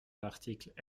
l’article